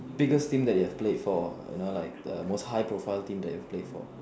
biggest team that you played for you know like most high profile team that you played for